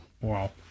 Wow